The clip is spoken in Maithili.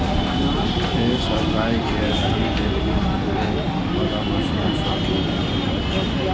फेर सब गाय केर थन कें दूध दुहै बला मशीन सं जोड़ि देल जाइ छै